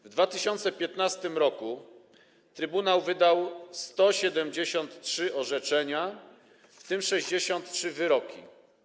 W 2015 r. trybunał wydał 173 orzeczenia, w tym 63 wyroki.